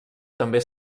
també